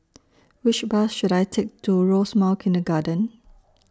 Which Bus should I Take to Rosemount Kindergarten